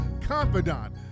Confidant